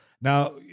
Now